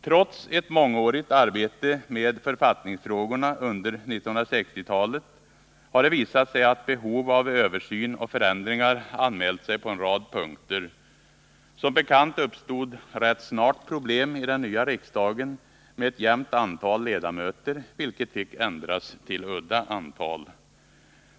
Trots ett mångårigt arbete med författningsfrågorna under 1960-talet har det visat sig att behov av översyn och förändringar anmält sig på en rad punkter. Som bekant uppstod rätt snart problem i den nya riksdagen med ett jämnt antal ledamöter, vilket fick ändras till ett udda antal.